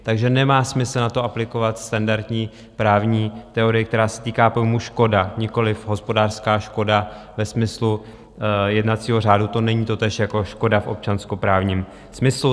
Takže nemá smysl na to aplikovat standardní právní teorii, která se týká pojmů škoda, nikoliv hospodářská škoda ve smyslu jednacího řádu, to není totéž jako škoda v občanskoprávním smyslu.